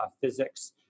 physics